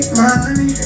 money